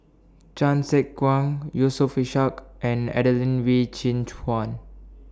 Chan Sek Keong Yusof Ishak and Adelene Wee Chin Suan